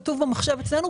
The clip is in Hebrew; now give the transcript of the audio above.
כתוב במחשב אצלנו,